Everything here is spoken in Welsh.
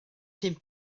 pum